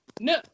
No